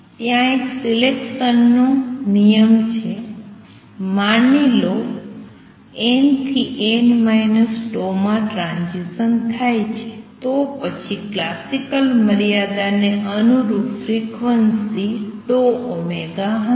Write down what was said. ત્યાં એક સિલેકસન નો નિયમ છે માની લો n થી માં ટ્રાંઝીસન થાય છે તો પછી ક્લાસિકલ મર્યાદાને અનુરૂપ ફ્રિક્વન્સી 𝜏ω હશે